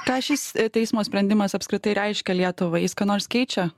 ką šis teismo sprendimas apskritai reiškia lietuvai jis ką nors keičia